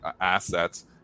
assets